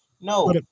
No